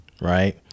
Right